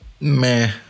meh